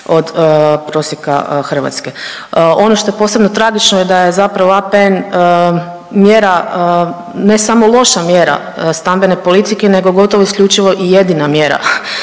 od prosjeka Hrvatske. Ono što je posebno tragično je da je zapravo APN mjera, ne samo loša mjera stambene politike nego gotovo i isključivo i jedina mjera